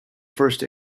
first